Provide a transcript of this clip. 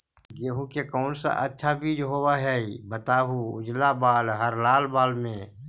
गेहूं के कौन सा अच्छा बीज होव है बताहू, उजला बाल हरलाल बाल में?